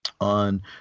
on